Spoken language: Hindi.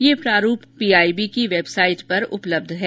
ये प्रारूप पीआईबी की वेबसाइट पर उपलब्ध है